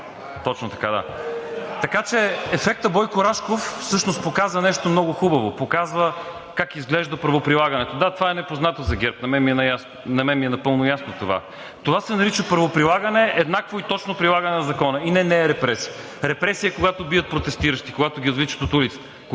Точно така, да. Така че ефектът Бойко Рашков всъщност показва нещо много хубаво. Показва как изглежда правоприлагането. Да, това е непознато за ГЕРБ – на мен ми е напълно ясно. Това се нарича правоприлагане – еднакво и точно прилагане на закона и не е репресия. Репресия е, когато бият протестиращи, когато ги отвличат от улицата;